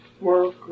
work